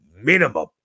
minimum